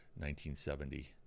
1970